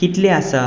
कितलें आसा